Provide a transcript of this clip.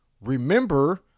remember